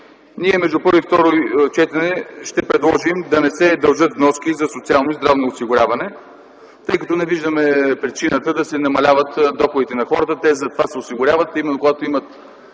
Ние между първо и второ четене ще предложим да не се дължат вноски за социално и здравно осигуряване, тъй като не виждаме причината да се намаляват доходите на хората. Те затова се осигуряват, именно когато имат